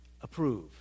approve